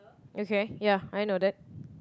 okay ya I know that